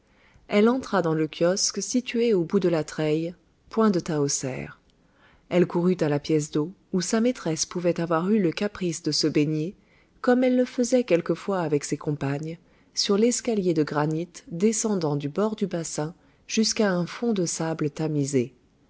elle entra dans le kiosque situé au bout de la treille point de tahoser elle courut à la pièce d'eau où sa maîtresse pouvait avoir eu le caprice de se baigner comme elle le faisait quelquefois avec ses compagnes sur l'escalier de granit descendant du bord du bassin jusqu'à un fond de sable tamisé